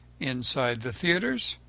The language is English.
inside the theatres,